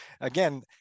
again